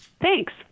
Thanks